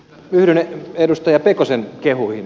yhdyn edustaja pekosen kehuihin